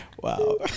Wow